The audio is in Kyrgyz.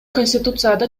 конституцияда